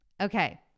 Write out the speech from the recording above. okay